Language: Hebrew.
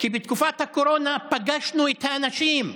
כי בתקופת הקורונה פגשנו את האנשים,